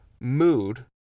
mood